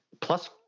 Plus